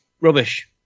Rubbish